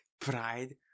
pride